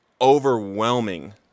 overwhelming